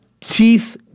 Teeth